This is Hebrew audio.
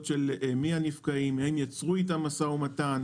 של מי הנפקעים האם יצרו איתם משא ומתן,